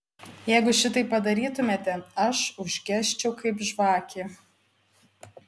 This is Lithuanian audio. jeigu šitaip padarytumėte aš užgesčiau kaip žvakė